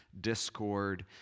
discord